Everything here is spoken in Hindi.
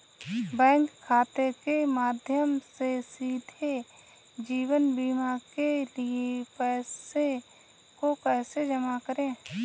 बैंक खाते के माध्यम से सीधे जीवन बीमा के लिए पैसे को कैसे जमा करें?